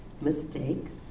mistakes